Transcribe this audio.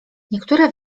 niektóre